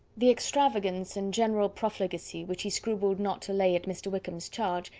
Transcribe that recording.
the extravagance and general profligacy which he scrupled not to lay at mr. wickham's charge,